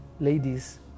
ladies